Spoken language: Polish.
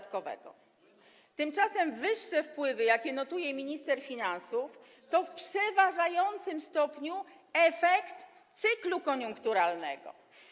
Tymczasem wyższe wpływy, jakie notuje minister finansów, to w przeważającym stopniu efekt cyklu koniunkturalnego.